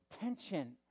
tension